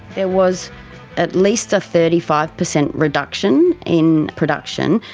there was at least a thirty five percent reduction in production.